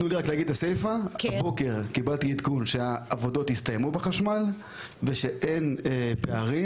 הבוקר קיבלתי עדכון שעבודות החשמל הסתיימו ושאין יותר פערים.